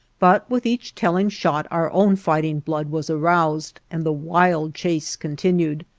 but with each telling shot our own fighting blood was aroused and the wild chase continued.